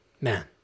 Man